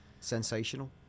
sensational